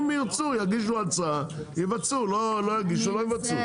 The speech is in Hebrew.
אם ירצו, יגישו הצעה, יבצעו, לא יגישו, לא יבצעו.